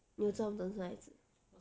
你又知道等生孩子